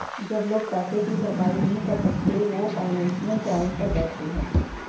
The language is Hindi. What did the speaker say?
जब लोग पैसे की भरपाई नहीं कर सकते वो फाइनेंशियल क्राइम कर बैठते है